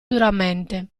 duramente